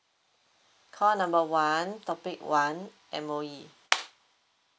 call number one topic one M_O_E